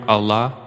Allah